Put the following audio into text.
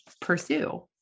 pursue